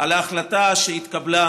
על ההחלטה שהתקבלה